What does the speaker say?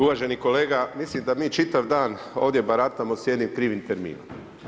Uvaženi kolega, mislim da mi čitav dan ovdje baratamo sa jednim krivim terminom.